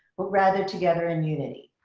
but rather together in unity.